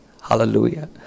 hallelujah